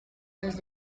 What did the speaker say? los